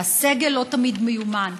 והסגל לא תמיד מיומן.